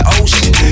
ocean